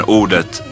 ordet